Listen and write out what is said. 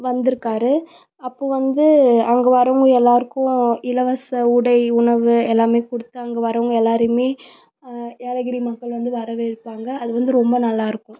வந்திருக்காரு அப்போது வந்து அவங்க வரவும் எல்லோருக்கும் இலவச உடை உணவு எல்லாம் கொடுத்தாங்க அங்கே வர்றவங்க எல்லாரையுமே ஏலகிரி மக்கள் வந்து வரவேற்பாங்க அதுவந்து ரொம்ப நல்லாயிருக்கும்